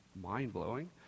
mind-blowing